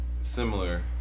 similar